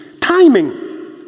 Timing